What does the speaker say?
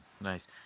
Nice